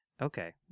Okay